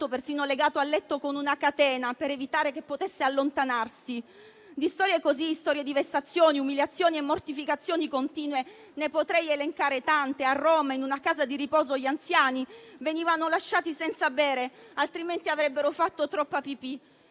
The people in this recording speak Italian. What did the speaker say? persino legato al letto con una catena, per evitare che potesse allontanarsi. Di storie così - storie di vessazioni, umiliazioni e mortificazioni continue - ne potrei elencare tante. A Roma, in una casa di riposo, gli anziani venivano lasciati senza bere, altrimenti avrebbero fatto troppa pipì;